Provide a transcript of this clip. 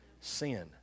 Sin